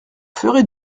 ferez